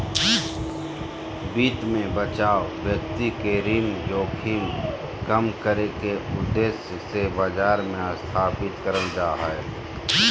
वित्त मे बचाव व्यक्ति के ऋण जोखिम कम करे के उद्देश्य से बाजार मे स्थापित करल जा हय